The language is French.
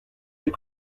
j’ai